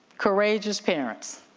courageous parents,